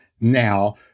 now